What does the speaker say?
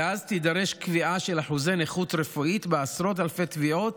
ואז תידרש קביעה של אחוזי נכות רפואית בעשרות אלפי תביעות